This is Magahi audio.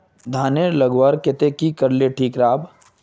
धानेर लगवार केते की करले ठीक राब?